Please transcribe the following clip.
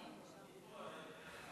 אני פה, אראל.